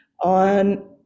on